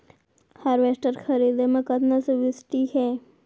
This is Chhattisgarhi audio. हारवेस्टर खरीदे म कतना सब्सिडी हे?